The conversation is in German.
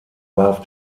warf